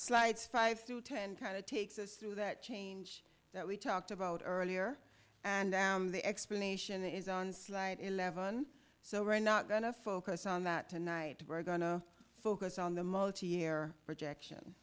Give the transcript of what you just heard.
slides five through ten kind of takes us through that change that we talked about earlier and down the explanation is on slide eleven so we're not going to focus on that tonight we're going to focus on the multi year projection